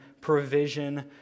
provision